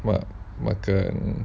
mak makan